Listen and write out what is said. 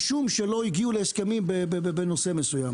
משום שלא הגיעו להסכמים בנושא מסוים?